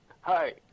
Hi